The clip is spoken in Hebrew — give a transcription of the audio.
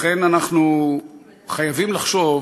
לכן אנחנו חייבים לחשוב